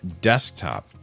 desktop